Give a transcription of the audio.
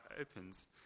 opens